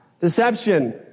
deception